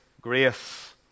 grace